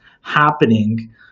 happening